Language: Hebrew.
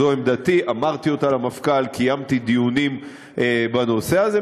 זו עמדתי ואמרתי אותה למפכ"ל וקיימתי דיונים בנושא הזה.